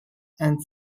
and